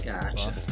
gotcha